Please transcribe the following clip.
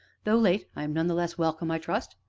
though late, i am none the less welcome, i trust?